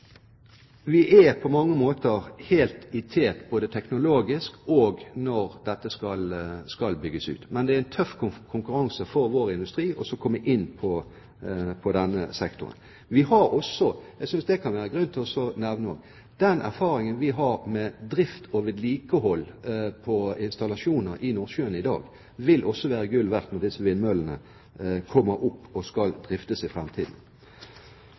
Vi er på mange måter helt i tet både teknologisk og når dette skal bygges ut, men det er en tøff konkurranse for vår industri for å komme inn på denne sektoren. Jeg synes det kan være grunn til å nevne at den erfaringen vi har med drift og vedlikehold på installasjoner i Nordsjøen i dag, også vil være gull verdt når disse vindmøllene kommer opp og skal driftes i framtiden.